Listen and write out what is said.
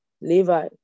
Levi